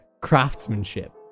craftsmanship